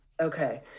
Okay